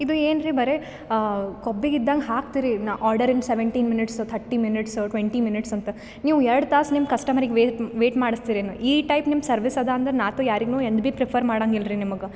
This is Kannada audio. ಇದು ಏನ್ರಿ ಬರೀ ಕೊಬ್ಬಿಗಿದ್ದಂಗ ಹಾಕ್ತಿರಿ ನಾ order in seventeen minutes thirty minutes twenty minutes ಅಂತ ನೀವು ಎರಡು ತಾಸು ನಿಮ್ಮ ಕಸ್ಟಮರಿಗೆ ವೆಯ್ಟ್ ಮಾಡ್ತೀರೇನ್ ಈ ಟೈಪ್ ನಿಮ್ಮ ಸರ್ವಿಸ್ ಅದ ಅಂದ್ರೆ ನಾತು ಯಾರಿಗು ಎಂದು ಬಿ ಪ್ರಿಫರ್ ಮಾಡಾಂಗಿಲ್ರಿ ನಿಮಗೆ